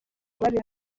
babeho